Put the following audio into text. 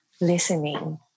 listening